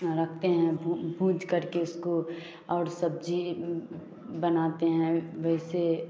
रखते हैं भूंज करके उसको और सब्ज़ी बनाते हैं वैसे